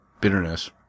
bitterness